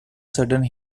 sudden